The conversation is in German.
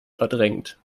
verdrängt